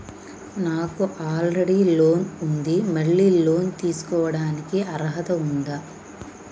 నాకు already loan ఉండి మళ్ళీ లోన్ తీసుకోవడానికి అర్హత ఉందా?